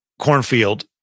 cornfield